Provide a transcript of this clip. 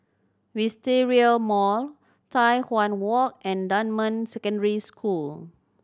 Wisteria Mall Tai Hwan Walk and Dunman Secondary School